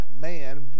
man